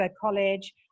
College